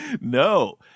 No